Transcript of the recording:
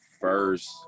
first